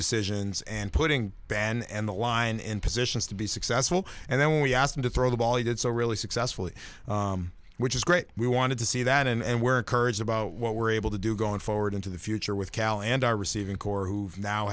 decisions and putting ban and the line in positions to be successful and then we asked him to throw the ball he did so really successfully which is great we wanted to see that and we're encouraged about what we're able to do going forward into the future with cal and our receiving corps who've now